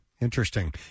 interesting